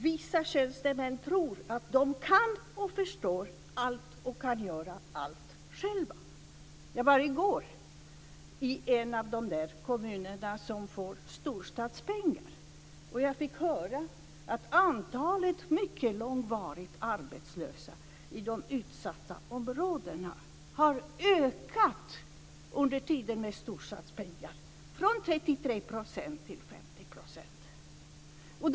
Vissa tjänstemän tror att de kan och förstår allting och att de kan göra allt själva. Jag besökte i går en av de kommuner som får storstadspengar. Där fick jag höra att antalet långtidsarbetslösa i utsatta områden har ökat under den tid som stortstadspengar har betalats ut från 33 % till 50 %.